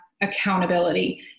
accountability